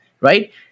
Right